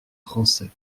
français